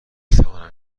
توانم